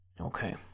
Okay